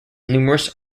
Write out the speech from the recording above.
numerous